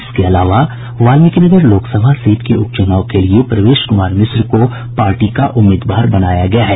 इसके अलावा वाल्मीकिनगर लोकसभा सीट के उपचुनाव के लिए प्रवेश क्मार मिश्रा को पार्टी का उम्मीदवार बनाया गया है